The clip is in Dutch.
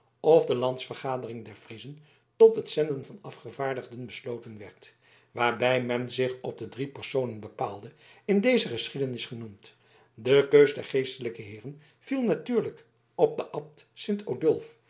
of de landsvergadering der friezen tot het zenden van afgevaardigden besloten werd waarbij men zich op de drie personen bepaalde in deze geschiedenis genoemd de keus der geestelijke heeren viel natuurlijk op den abt